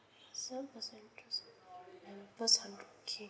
so plus interest and first hundred K